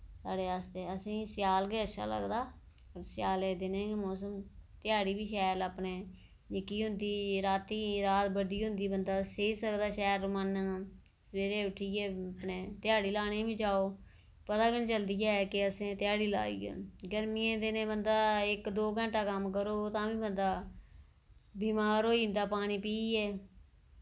साढ़े आस्तै असें ई स्याल गै अच्छा लगदा स्याले दिनैं गै मौसम ध्याड़ी बी शैल अपने जेह्की होंदी रातीं रात बड्डी होंदी बंदा सेई सकदा शैल रमाने दा सवेरे उट्ठियै अपने ध्याड़ी लान्ने बी जाओ पता बी निं चलदी ऐ कि असें ध्याड़ी लाई ऐ गर्मियें दिनैं बंदा इक दो घैंटा कम्म करो तां बी बंदा बीमार होई जंदा पानी पीयै